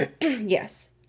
Yes